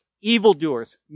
evildoers